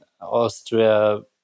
Austria